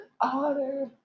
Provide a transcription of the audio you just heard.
Otter